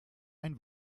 ein